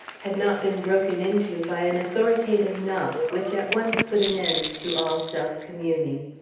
had not been broken into by an authoritative knock which at once put an end to all self-communing.